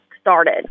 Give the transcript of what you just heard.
started